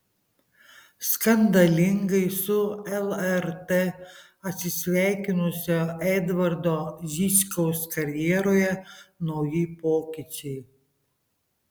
skandalingai su lrt atsisveikinusio edvardo žičkaus karjeroje nauji pokyčiai